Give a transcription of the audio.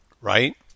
right